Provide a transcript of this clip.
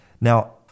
Now